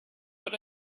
but